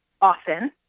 often